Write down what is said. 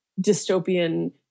dystopian